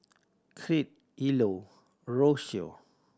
Crete Ilo Rocio